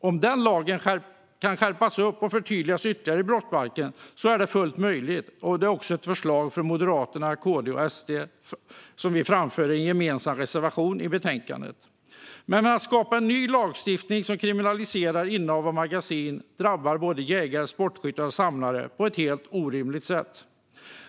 Om den lagen behöver skärpas och förtydligas ytterligare i brottsbalken är detta fullt möjligt, och det är också ett förslag som Moderaterna, KD och SD framför i en gemensam reservation i betänkandet. Men att skapa en ny lagstiftning som kriminaliserar innehav av magasin drabbar både jägare, sportskyttar och samlare på ett helt orimligt sätt.